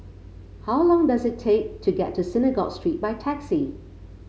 how long does it take to get to Synagogue Street by taxi